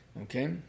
Okay